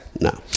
No